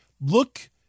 look